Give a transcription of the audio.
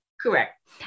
Correct